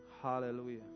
Hallelujah